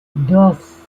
dos